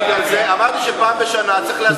בגלל זה אמרתי שפעם בשנה צריך להסביר לתלמידי כיתות י"ב,